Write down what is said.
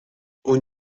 اون